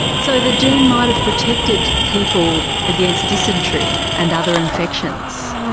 so the gene might have protected people against dysentery and other infections.